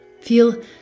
Feel